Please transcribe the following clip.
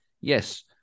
yes